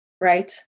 right